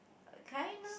kind of